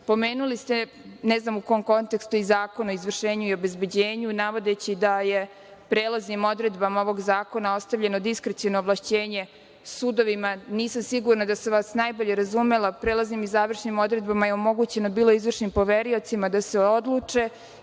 ste, ne znam u kom kontekstu, i Zakon o izvršenju i obezbeđenju, navodeći da je prelaznim odredbama ovog zakona ostavljeno diskreciono ovlašćenje sudovima. Nisam sigurna da sam vas najbolje razumela. Prelaznim i završnim odredbama je bilo omogućeno izvršnim poveriocima da se odluče